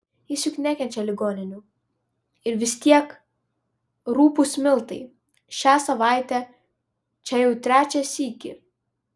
jis juk nekenčia ligoninių ir vis tiek rupūs miltai šią savaitę čia jau trečią sykį